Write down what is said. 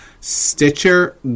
Stitcher